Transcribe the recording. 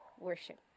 worship